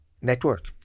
network